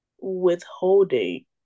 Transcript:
withholding